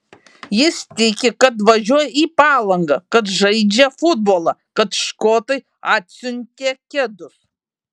jis tiki kad važiuoja į palangą kad žaidžia futbolą kad škotai atsiuntė kedus